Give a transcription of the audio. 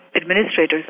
administrators